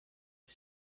his